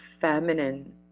feminine